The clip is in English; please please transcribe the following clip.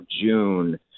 June